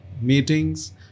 meetings